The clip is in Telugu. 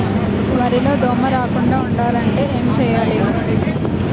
వరిలో దోమ రాకుండ ఉండాలంటే ఏంటి చేయాలి?